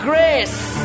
Grace